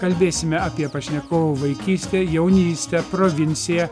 kalbėsime apie pašnekovo vaikystę jaunystę provinciją